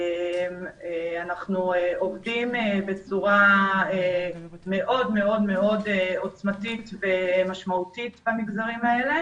אנחנו עובדים בצורה מאוד מאוד עוצמתית ומשמעותית במגזרים האלה,